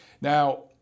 Now